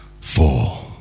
four